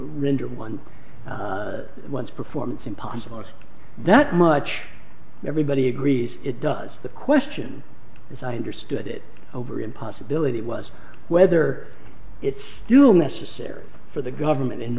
render one one's performance impossible as that much everybody agrees it does the question as i understood it over and possibility was whether it's still necessary for the government in